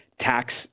tax